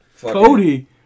Cody